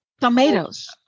tomatoes